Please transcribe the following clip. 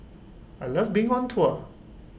I love being on tour